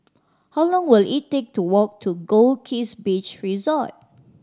how long will it take to walk to Goldkist Beach Resort